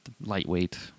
lightweight